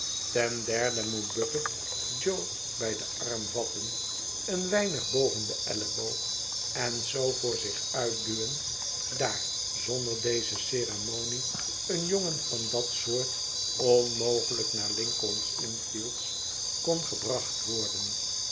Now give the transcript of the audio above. ten derde moet bucket jo bij den arm vatten een weinig boven den elleboog en zoo voor zich uit duwen daar zonder deze ceremonie een jongen van dat soort onmogelijk naar lincoln's inn fields kon gebracht worden